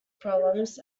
problems